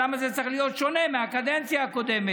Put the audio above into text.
ולמה זה צריך להיות שונה מהקדנציה הקודמת?